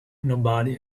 nobody